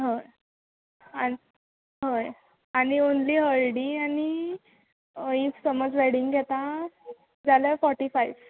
हय आनी हय आनी ओन्ली हल्दी आनी हें समज वेडींग घेता जाल्यार फोर्टी फाय